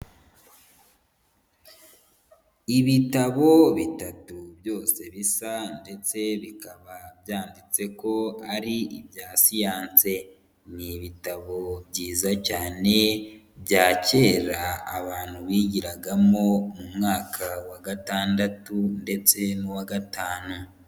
Ibitabo bitatu byose bisa ndetse bikaba byanditse ko ari ibya science, ni ibitabo byiza cyane bya kera abantu bigiragamo mu mwaka wa gatandatu ndetse n'uwa gatanu.